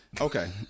Okay